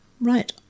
Right